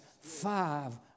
five